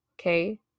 Okay